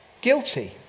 guilty